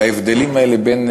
את ההבדלים האלה בין